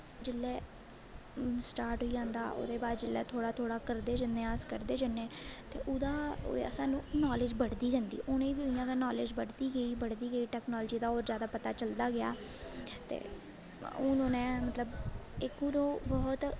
जिसलै हून स्टार्ट होई जांदा ओह्दे बाद जिसलै थोह्ड़ा थोह्ड़ा करदे जन्ने अस करदे जन्ने ते ओह्दा सानूं नालेज़ बढ़दी जंदी उ'नें गी उ'यां गै नालेज़ बढ़दी गेई बढ़दी गेई टैकनालजी दा होर जादा पता चलदा गेआ ते हून उ'नें मतलब इक हून ओह् बहुत